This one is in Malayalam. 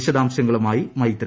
വിശദാംശങ്ങളുമായി മൈത്രി